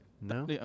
No